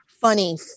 funny